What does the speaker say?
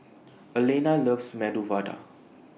Alayna loves Medu Vada